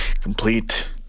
complete